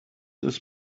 ist